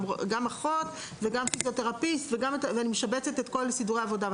אחות וגם פיזיותרפיסט ומשבצת את כל סידור העבודה.